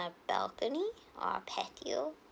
balcony or patio